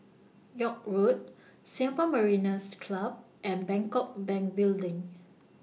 York Road Singapore Mariners' Club and Bangkok Bank Building